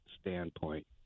standpoint